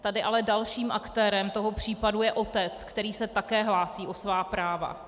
Tady ale dalším aktérem toho případu je otec, který se také hlásí o svá práva.